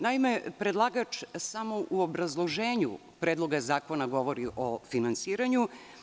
Naime, predlagač samo u obrazloženju Predloga zakona govori o finansiranju.